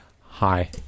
Hi